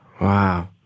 Wow